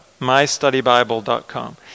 Mystudybible.com